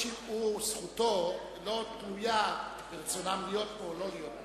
זכותו לא תלויה ברצונם להיות פה או לא.